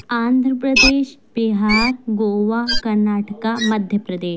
Andhra Pradesh Bihar Goa Karnataka Madhya Pradesh